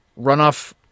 runoff